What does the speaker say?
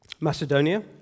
Macedonia